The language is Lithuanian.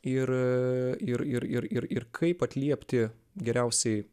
ir ir ir ir ir kaip atliepti geriausiai